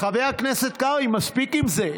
חבר הכנסת קרעי, מספיק עם זה.